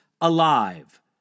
alive